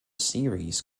series